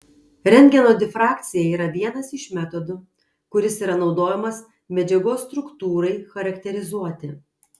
rentgeno difrakcija yra vienas iš metodų kuris yra naudojamas medžiagos struktūrai charakterizuoti